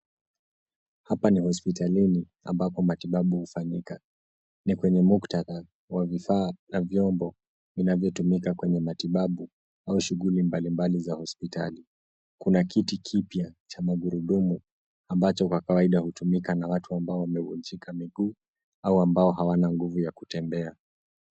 Hapa ni hospitalini ambapo matibabu hufanyika, ni kwenye muktadha na vifaa na vyombo vinavyotumika kwenye matibabu au shughuli mbalimbali za hospitali. Kuna kiti kipya cha magurudumu ambacho kwa kawaida hutumika na watu ambao wamevunjika miguu au ambao hawana nguvu ya kutembea.